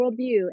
worldview